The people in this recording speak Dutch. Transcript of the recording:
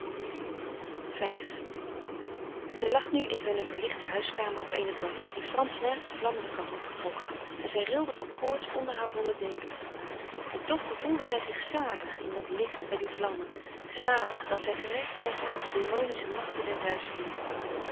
zij lag nu in hunne verlichte huiskamer op eene bank die frans naast de vlammende kachel getrokken had en zij rilde van koorts onder haar wollen dekens en toch gevoelde zij zich zalig in dat licht bij die vlammen zalig dat zij gered was uit de demonische machten der duisternis